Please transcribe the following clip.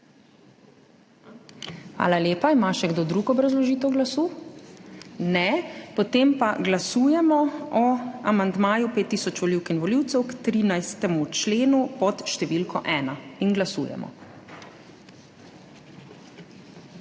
Hvala lepa. Ima še kdo drug obrazložitev glasu? Ne, potem pa glasujemo o amandmaju pet tisoč volivk in volivcev k 13. členu pod št. 1. Glasujemo.